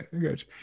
Good